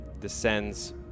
descends